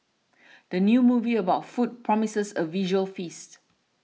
the new movie about food promises a visual feast